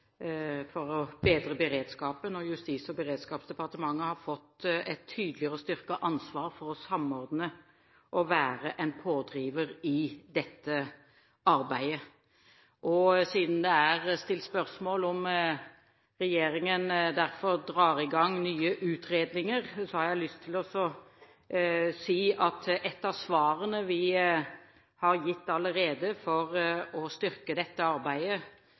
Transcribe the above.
for å bedre beredskapen, og Justis- og beredskapsdepartementet har fått et tydeligere styrket ansvar for å samordne og være en pådriver i dette arbeidet. Siden det er stilt spørsmål ved om regjeringen derfor drar i gang nye utredninger, har jeg lyst til å si at et av svarene vi allerede har gitt for å styrke dette arbeidet,